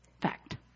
fact